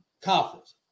conference